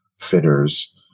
fitters